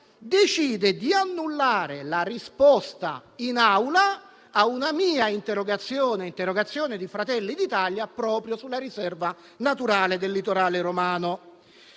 decide di annullare la risposta in Aula a una mia interrogazione a nome del Gruppo di Fratelli d'Italia proprio sulla riserva naturale del litorale romano.